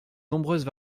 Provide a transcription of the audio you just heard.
nombreuses